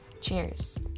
Cheers